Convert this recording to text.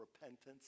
repentance